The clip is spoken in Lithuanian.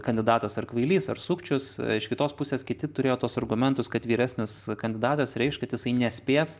kandidatas ar kvailys ar sukčius iš kitos pusės kiti turėjo tuos argumentus kad vyresnis kandidatas reikš kad jisai nespės